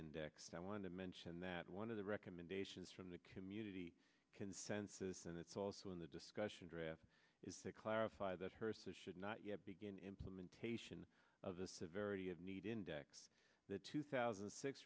indexed i want to mention that one of the recommendations from the community consensus and it's also in the discussion draft is to clarify that hearses should not yet begin implementation of the severity of need index the two thousand